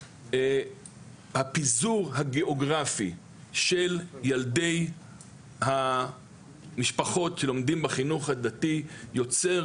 הפיזור הגיאוגרפי של ילדי המשפחות שלומדים בחינוך הדתי יוצר